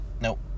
Nope